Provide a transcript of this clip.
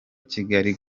kigali